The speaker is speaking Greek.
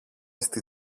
στην